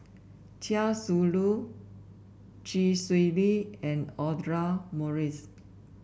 Chia Shi Lu Chee Swee Lee and Audra Morrice